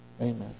Amen